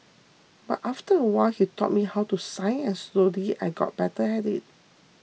but after a while he taught me how to sign and slowly I got better at it